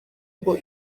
ngo